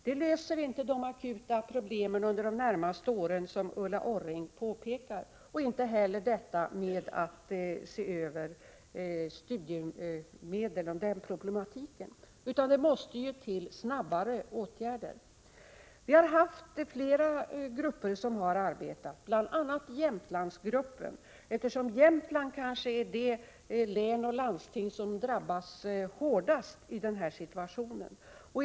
Detta löser inte de akuta problemen under de närmaste åren, som Ulla Orring påpekar. Så blir inte heller fallet om man ser över problematiken beträffande studiemedlen, utan det måste till snabbare åtgärder. Vi har haft flera grupper som har arbetat med dessa frågor, bl.a. Jämtlandsgruppen — Jämtland är kanske det län, och det landsting, som drabbas hårdast i den situation som råder.